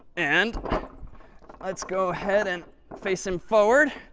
and let's go ahead and face him forward.